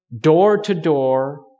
door-to-door